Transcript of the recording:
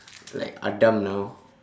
like adam now